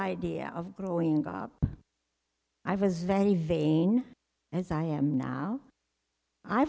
idea of growing up i was very very as i am now i